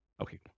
Okay